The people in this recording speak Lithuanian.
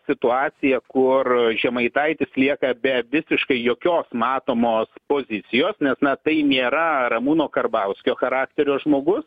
situaciją kur žemaitaitis lieka be visiškai jokios matomos pozicijos nes na tai nėra ramūno karbauskio charakterio žmogus